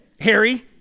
Harry